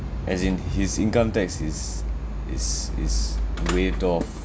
as in his income tax is is is waived off